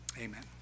Amen